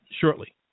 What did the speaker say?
shortly